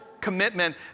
commitment